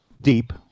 deep